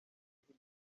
hirya